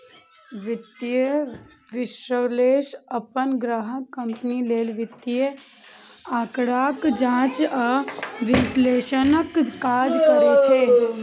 वित्तीय विश्लेषक अपन ग्राहक कंपनी लेल वित्तीय आंकड़ाक जांच आ विश्लेषणक काज करै छै